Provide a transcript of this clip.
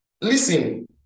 Listen